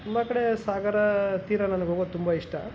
ತುಂಬ ಕಡೆ ಸಾಗರ ಹತ್ತಿರ ನನ್ಗೆ ಹೋಗೋದು ತುಂಬ ಇಷ್ಟ